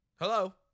Hello